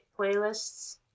playlists